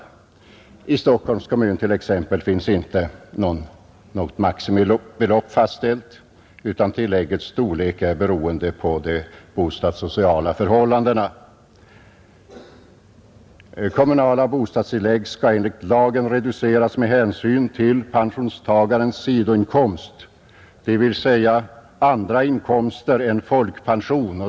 I Stockholms kommun t.ex. finns inte något maximibelopp fastställt, utan tilläggets storlek är beroende av de bostadssociala förhållandena, De kommunala bostadstilläggen skall enligt lagen reduceras med hänsyn till pensionstagarens sidoinkomst, dvs, andra inkomster än folkpension.